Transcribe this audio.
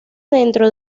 dentro